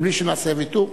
בלי שנעשה ויתור,